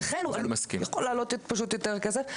ולכן הוא עלול להעלות פשוט יותר כסף.